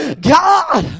god